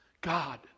god